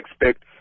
expect